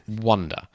wonder